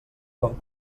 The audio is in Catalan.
quan